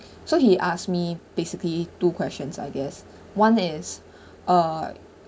so he asked me basically two questions I guess one is uh